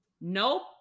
Nope